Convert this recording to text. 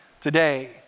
Today